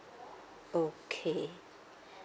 okay